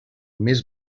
més